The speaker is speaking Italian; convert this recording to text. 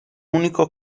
unico